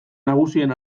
nagusien